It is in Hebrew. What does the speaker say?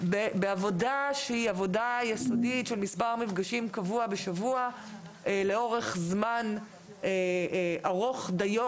בעבודה יסודית של מספר מפגשים קבוע לאורך זמן ארוך דיו,